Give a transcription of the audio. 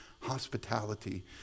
hospitality